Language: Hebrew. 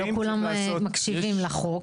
לא כולם מקשיבים לחוק.